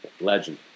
Legend